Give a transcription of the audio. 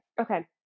Okay